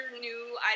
new